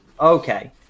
Okay